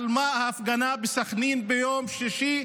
על מה ההפגנה בסח'נין ביום שישי?